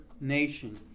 nation